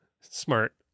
Smart